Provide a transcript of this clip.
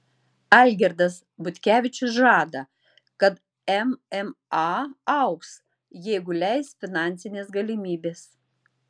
algirdas butkevičius žada kad mma augs jeigu leis finansinės galimybės